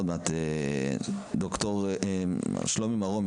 שלומי מרום,